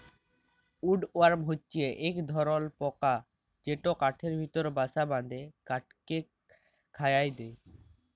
would worm হছে ইক ধরলর পকা যেট কাঠের ভিতরে বাসা বাঁধে কাঠকে খয়ায় দেই